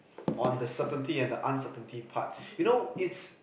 on the certainty and the uncertainty part you know it's